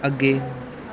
ਅੱਗੇ